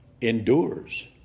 endures